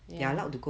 ya